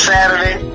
Saturday